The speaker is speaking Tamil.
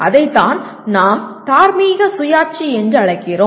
அதைத்தான் நாம் தார்மீக சுயாட்சி என்று அழைக்கிறோம்